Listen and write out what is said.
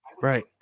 right